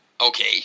okay